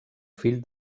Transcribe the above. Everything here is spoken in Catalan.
fill